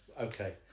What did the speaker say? Okay